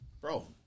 Bro